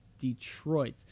detroit